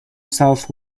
south